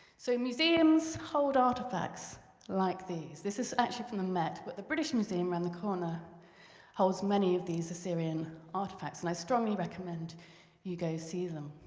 so, museums hold artifacts like these. this is actually from the met, but the british museum around the corner holds many of these assyrian artifacts, and i strongly recommend you go see them.